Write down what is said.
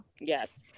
Yes